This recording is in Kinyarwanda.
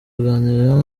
aganira